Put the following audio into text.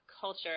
culture